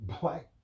Black